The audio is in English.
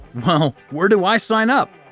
huh! where do i sign up?